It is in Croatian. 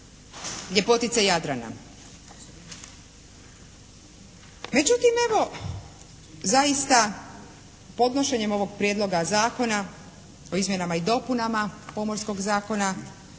ljepotice Jadrana. Međutim, evo zaista podnošenjem ovog Prijedloga zakona o izmjenama i dopunama Pomorskog zakona